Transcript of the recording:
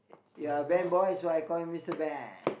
you're a band boy so I call you Mister Band